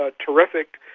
ah terrific.